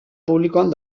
publikoan